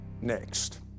next